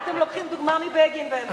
הייתם לוקחים דוגמה מבגין, באמת.